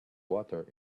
water